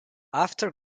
after